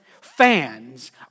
Fans